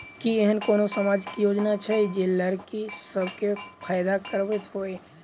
की एहेन कोनो सामाजिक योजना छै जे लड़की सब केँ फैदा कराबैत होइ?